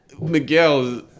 Miguel